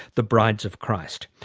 the brides of christ.